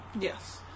yes